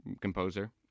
composer